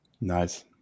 Nice